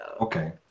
Okay